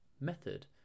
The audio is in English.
method